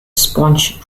sponge